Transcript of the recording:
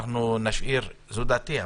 זו דעתי.